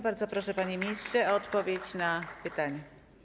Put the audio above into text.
Bardzo proszę, panie ministrze, o odpowiedź na pytanie.